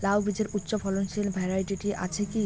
লাউ বীজের উচ্চ ফলনশীল ভ্যারাইটি আছে কী?